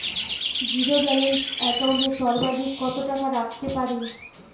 Zero balance account এ সর্বাধিক কত টাকা রাখতে পারি?